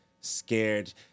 scared